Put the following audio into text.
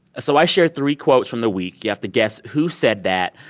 so i share three quotes from the week. you have to guess who said that.